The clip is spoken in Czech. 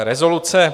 Rezoluce